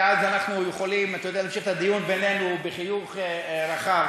כי אז אנחנו יכולים להמשיך את הדיון בינינו בחיוך רחב.